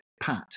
pat